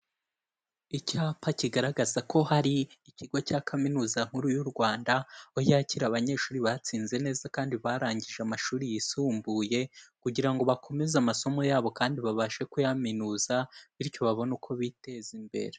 Icyapa kigaragaza ko hari ikigo cya Kaminuza nkuru y'u Rwanda, aho yakira abanyeshuri batsinze neza kandi barangije amashuri yisumbuye kugira ngo bakomeze amasomo yabo kandi babashe kuyaminuza, bityo babone uko biteza imbere.